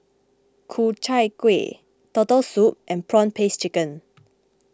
Ku Chai Kueh Turtle Soup and Prawn Paste Chicken